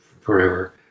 forever